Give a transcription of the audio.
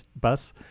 bus